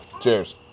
Cheers